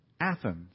Athens